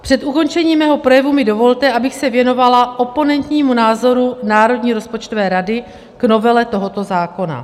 Před ukončením mého projevu mi dovolte, abych se věnovala oponentnímu názoru Národní rozpočtové rady k novele tohoto zákona.